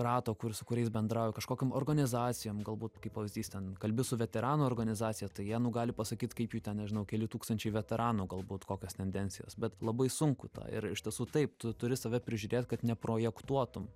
rato kur su kuriais bendrauju kažkokiom organizacijom galbūt kaip pavyzdys ten kalbi su veteranų organizacija tai jie nu gali pasakyt kaip jų ten nežinau keli tūkstančiai veteranų galbūt kokios tendencijos bet labai sunku tą ir iš tiesų taip tu turi save prižiūrėt kad neprojektuotum